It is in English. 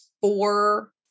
four